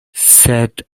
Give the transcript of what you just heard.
sed